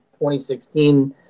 2016